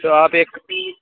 تو آپ ایک